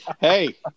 Hey